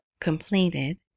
completed